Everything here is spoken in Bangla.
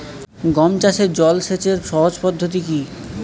গম চাষে জল সেচের সহজ পদ্ধতি কি?